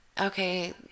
okay